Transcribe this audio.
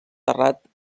terrat